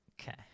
Okay